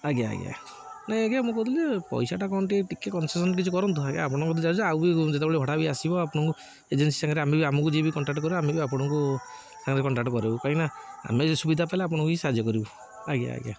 ଆଜ୍ଞା ଆଜ୍ଞା ନାଇ ଆଜ୍ଞା ମୁଁ କହୁଥିଲି ପଇସା କଣ ଟିକ ଟିକେ କନସସନ୍ କିଛି କରନ୍ତୁ ଆଜ୍ଞା ଆପଣଙ୍କ କ ଯାଉଛ ଆଉ ବି ଯେତେବେଳେ ଭଡ଼ା ବି ଆସିବ ଆପଣଙ୍କୁ ଏଜେନ୍ସି ସାଙ୍ଗରେ ଆମେ ଆମକୁ ଯିଏ ବି କଣ୍ଟାକ୍ଟ କରିବ ଆମେ ବି ଆପଣଙ୍କୁ ସାଙ୍ଗରେ କଣ୍ଟାକ୍ଟ କରିବୁ କହିଁକିନା ଆମେ ବି ସୁବିଧା ପାଇଲେ ଆପଣଙ୍କୁ ବି ସାହାଯ୍ୟ କରିବ ଆଜ୍ଞା ଆଜ୍ଞା